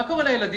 מה קורה לילדים.